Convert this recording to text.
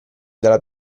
dalla